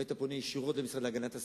אם היית פונה ישירות למשרד להגנת הסביבה,